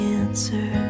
answer